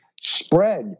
spread